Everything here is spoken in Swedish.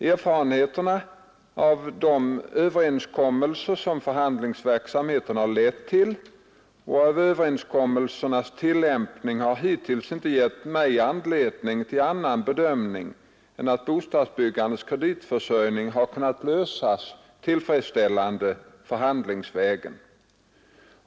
Erfarenheterna av de överenskommelser, som förhandlingsverksamheten har lett till, och av överenskommelsernas tillämpning har hittills inte gett mig anledning till annan bedömning än att bostadsbyggandets kreditförsörjning har kunnat lösas tillfredsställande förhandlingsvägen.